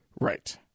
Right